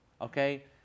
Okay